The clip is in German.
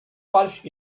falsch